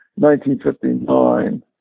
1959